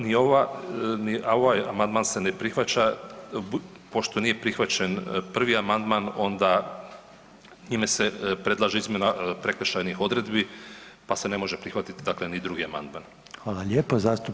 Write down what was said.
Ni ovaj amandman se ne prihvaća, pošto nije prihvaćen prvi amandman, onda, njime se predlaže izmjena prekršajnih odredbi pa se ne može prihvatiti dakle, ni drugi amandman.